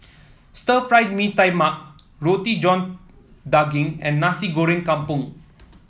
Stir Fried Mee Tai Mak Roti John Daging and Nasi Goreng Kampung